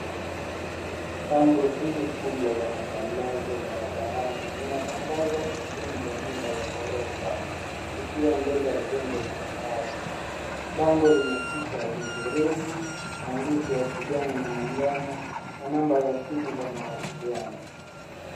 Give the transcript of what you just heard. Bango hili kubwa la matangazo barabarani linatangaza ujenzi wa nyumba za ghorofa ukiwa mbele ya jengo la makazi. Bango linapita jengo refu, maandishi ya kijani na manjano na namba za simu za mawasiliano.